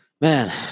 man